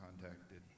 contacted